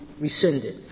rescinded